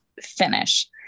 finish